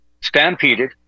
stampeded